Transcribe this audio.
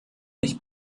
nicht